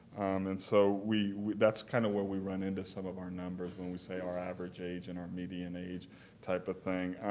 and so that's kind of where we run into some of our numbers when we say our average age and our median age type of thing.